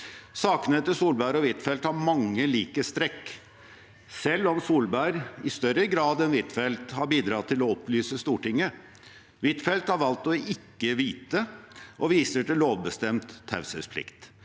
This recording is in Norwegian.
Sakene til Solberg og Huitfeldt har mange likhetstrekk, selv om Solberg i større grad enn Huitfeldt har bidratt til å opplyse Stortinget. Huitfeldt har valgt ikke å vite og viser til lovbestemt taushetsplikt.